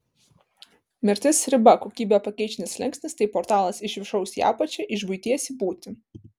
mirtis riba kokybę perkeičiantis slenkstis tai portalas iš viršaus į apačią iš buities į būtį